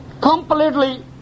completely